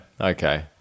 okay